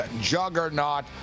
juggernaut